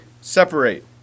separate